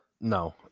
No